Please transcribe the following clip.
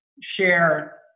share